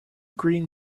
green